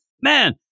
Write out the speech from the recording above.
man